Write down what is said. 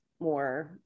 more